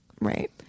Right